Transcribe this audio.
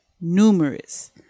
numerous